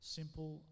simple